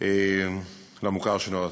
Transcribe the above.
של המוכר שאינו רשמי.